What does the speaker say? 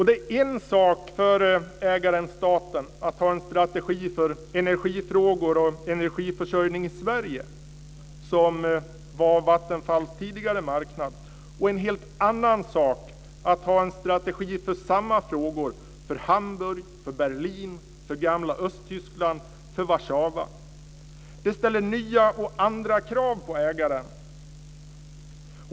Det är en sak för ägaren staten att ha en strategi för energifrågor när det gäller energiförsörjningen i Sverige, som var Vattenfalls tidigare marknad, och en helt annan sak att ha en strategi för samma frågor när det gäller Hamburg, Berlin, gamla Östtyskland eller Warszawa. Det ställer nya och andra krav på ägaren.